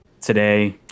today